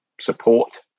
support